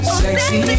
sexy